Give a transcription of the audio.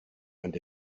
and